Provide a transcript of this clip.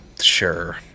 sure